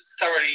thoroughly